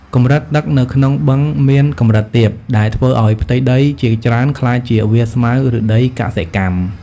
កម្រិតទឹកនៅក្នុងបឹងមានកម្រិតទាប ដែលធ្វើឲ្យផ្ទៃដីជាច្រើនក្លាយជាវាលស្មៅ ឬដីកសិកម្ម។